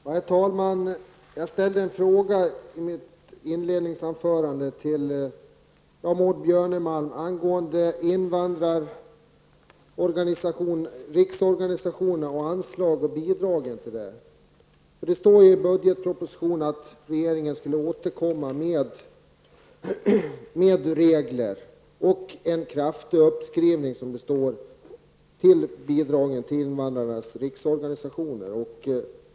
Herr talman! Jag ställde en fråga i mitt inledningsanförande till Maud Björnemalm angående anslag och bidrag till invandrarnas riksorganisationer. Det står i budgetpropositionen att regeringen skulle återkomma med regler och en kraftig uppskrivning av bidragen till invandrarnas riksorganisationer.